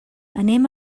anem